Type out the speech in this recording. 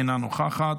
אינה נוכחת,